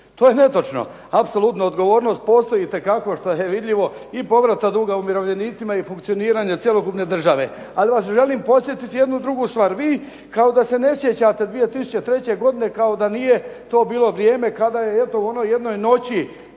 To je netočno. Apsolutna odgovornost postoji itekako, to je vidljivo i povrata duga umirovljenicima i funkcioniranje cjelokupne države. Ali vas želim podsjetiti jednu drugu stvar. Vi kao da se ne sjećate 2003. godine kada nije to bilo vrijeme, kada je u jednoj noći,